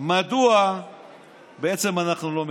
מדוע בעצם אנחנו לא מכנסים.